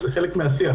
זה חלק מהשיח.